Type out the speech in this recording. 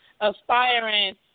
aspiring